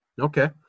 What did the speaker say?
Okay